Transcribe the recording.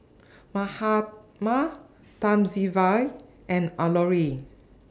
Mahatma Thamizhavel and Alluri